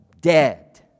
dead